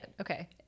Okay